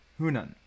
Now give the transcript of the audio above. Hunan